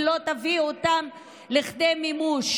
היא לא תביא אותן לכדי מימוש.